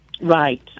Right